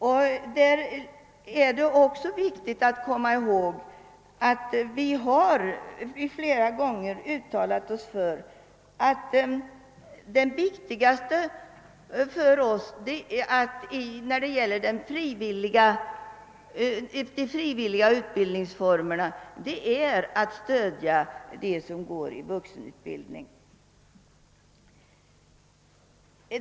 I detta sammanhang är det också viktigt att komma ihåg att riksdagen flera gånger har uttalat den meningen, att det väsentligaste när det gäller de frivilliga utbildningsformerna är att stödja vuxenutbildningen.